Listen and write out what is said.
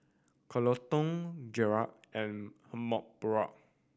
Coleton Gerri and Amparo